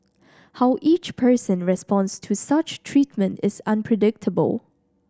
how each person responds to such treatment is unpredictable